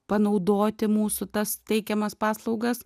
panaudoti mūsų tas teikiamas paslaugas